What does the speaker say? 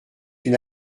une